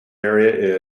area